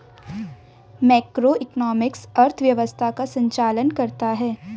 macroeconomics अर्थव्यवस्था का संचालन करता है